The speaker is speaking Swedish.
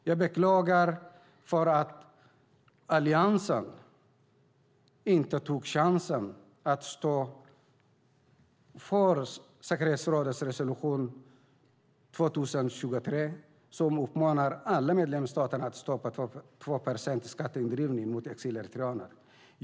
Jag beklagar att Alliansen inte tog chansen att stå upp för säkerhetsrådets resolution 2023 som uppmanar alla medlemsstater att stoppa 2 procents skatteindrivning mot exileritreaner.